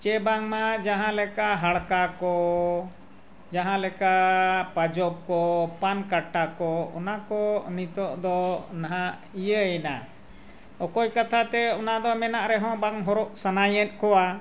ᱥᱮ ᱵᱟᱝᱢᱟ ᱡᱟᱦᱟᱸ ᱞᱮᱠᱟ ᱦᱟᱲᱠᱟ ᱠᱚ ᱡᱟᱦᱟᱸ ᱞᱮᱠᱟ ᱯᱟᱡᱚᱵ ᱠᱚ ᱯᱟᱱᱠᱟᱴᱟ ᱠᱚ ᱚᱱᱟ ᱠᱚ ᱱᱤᱛᱳᱜ ᱫᱚ ᱱᱟᱦᱟᱜ ᱤᱭᱟᱹᱭᱮᱱᱟ ᱚᱠᱚᱭ ᱠᱟᱛᱷᱟ ᱛᱮ ᱚᱱᱟᱫᱚ ᱢᱮᱱᱟᱜ ᱨᱮᱦᱚᱸ ᱵᱟᱝ ᱦᱚᱨᱚᱜ ᱥᱟᱱᱟᱭᱮᱫ ᱠᱚᱣᱟ